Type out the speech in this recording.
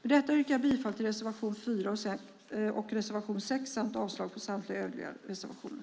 Jag yrkar bifall till reservationerna 4 och 6 och avslag på övriga reservationer.